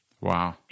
Wow